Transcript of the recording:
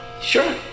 sure